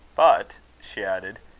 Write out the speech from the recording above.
but, she added,